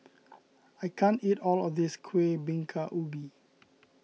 I can't eat all of this Kueh Bingka Ubi